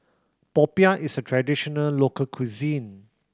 Popiah is a traditional local cuisine